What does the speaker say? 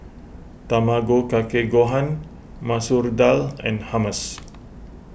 Tamago Kake Gohan Masoor Dal and Hummus